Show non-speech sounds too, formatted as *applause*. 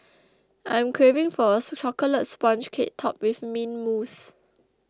I am craving *unintelligible* a Chocolate Sponge Cake Topped with Mint Mousse